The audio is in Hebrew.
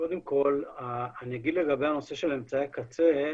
קודם כל אני אגיד לגבי הנושא של אמצעי הקצה,